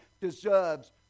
deserves